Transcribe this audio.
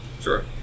sure